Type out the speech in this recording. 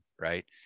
right